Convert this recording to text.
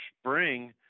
spring